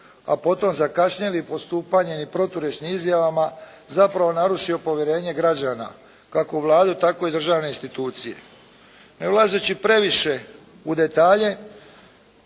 a potom zakašnjelim postupanjem i proturječnim izjavama zapravo narušio povjerenje građana kako u Vladu tako i državne institucije. Ne ulazeći previše u detalje